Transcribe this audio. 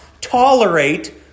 tolerate